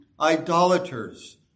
idolaters